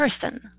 person